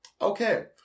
okay